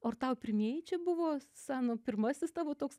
o ar tau pirmieji čia buvo sanu pirmasis tavo toks